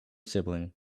sibling